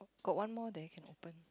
got one more there can open